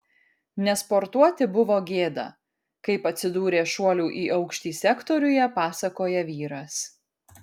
nesportuoti buvo gėda kaip atsidūrė šuolių į aukštį sektoriuje pasakoja vyras